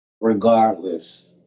regardless